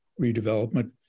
Redevelopment